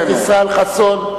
ישראל חסון,